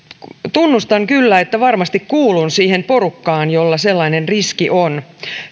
tunnustan kyllä että varmasti kuulun siihen porukkaan jolla sellainen riski on